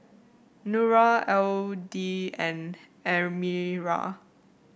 Nura Aidil and Amirah